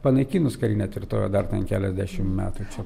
panaikinus karinę tvirtovę dar ten keliasdešim metų čia